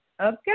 Okay